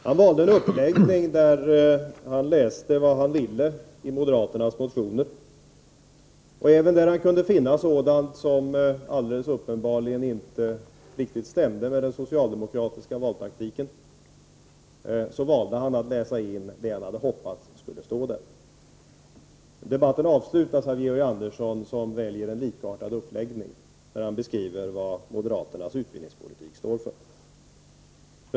Han valde en uppläggning där han läste in vad han ville i moderaternas motioner, och när han kunde finna sådant som alldeles uppenbarligen inte riktigt stämde med den socialdemokratiska valtaktiken valde han att läsa in det han hade hoppats skulle stå där. Debatten avslutas av Georg Andersson, som väljer en likartad uppläggning när han beskriver vad moderaternas utbildningspolitik står för.